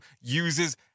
uses